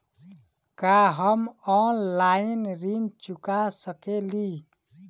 का हम ऑनलाइन ऋण चुका सके ली?